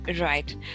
Right